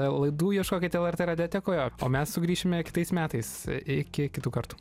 laidų ieškokite lrt radiotekoje o mes sugrįšime kitais metais iki kitų kartų